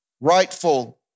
rightful